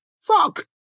fuck